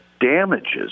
damages